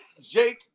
Jake